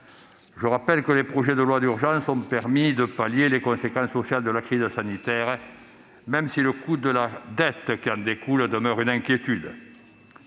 le rappelle, les projets de loi d'urgence sanitaire ont permis de pallier les conséquences sociales de la crise sanitaire, même si le coût de la dette qui en découle demeure une inquiétude.